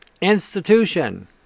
institution